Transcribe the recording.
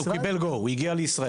הוא קיבל GO, הוא הגיע לישראל.